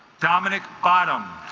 dominic bottom